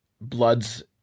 Bloods